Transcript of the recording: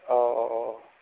औ औ औ